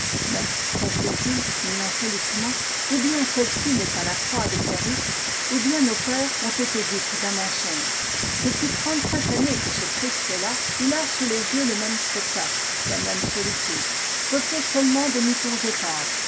mais conclut-il mélancoliquement ou bien celle-ci n'est pas la croix de ker is ou bien nos pères ont été dupes d'un mensonge depuis trente-cinq années que ce christ est là il a sous les yeux le même spectacle la même solitude peu plée seulement de moutons épars